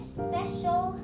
special